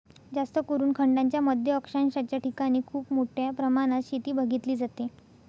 जास्तकरून खंडांच्या मध्य अक्षांशाच्या ठिकाणी खूप मोठ्या प्रमाणात शेती बघितली जाते